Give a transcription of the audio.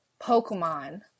Pokemon